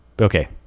Okay